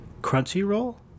Crunchyroll